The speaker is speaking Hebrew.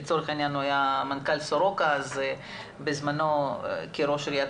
הוא היה מנכ"ל סורוקה ובזמנו כראש עירית